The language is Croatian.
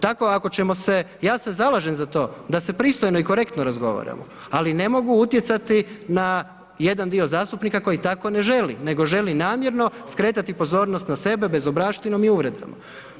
Tako ako ćemo se, ja se zalažem za to da se pristojno i korektno razgovaramo ali ne mogu utjecati na jedan zastupnika koji tako ne želi nego želi namjerno skretati pozornost na sebe bezobraštinom i uvredama.